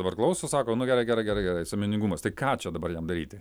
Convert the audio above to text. dabar klauso sako nu gerai gerai gerai gerai sąmoningumas tai ką čia dabar jam daryti